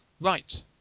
Right